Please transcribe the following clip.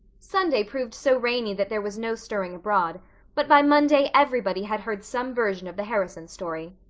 sunday proved so rainy that there was no stirring abroad but by monday everybody had heard some version of the harrison story.